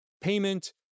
payment